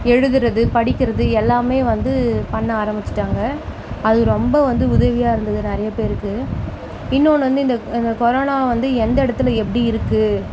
எழுதுகிறது படிக்கிறது எல்லாமே வந்து பண்ண ஆரமிச்சிட்டாங்க அது ரொம்ப வந்து உதவியாக இருந்தது நிறைய பேருக்கு இன்னொன்று வந்து இந்த இந்த கொரோனா வந்து எந்த இடத்துல எப்படி இருக்குது